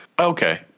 Okay